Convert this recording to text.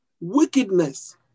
wickedness